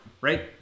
right